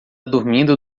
dormindo